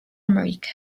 america